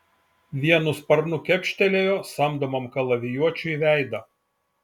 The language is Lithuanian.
vienu sparnu kepštelėjo samdomam kalavijuočiui veidą